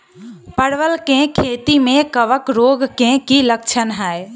परवल केँ खेती मे कवक रोग केँ की लक्षण हाय?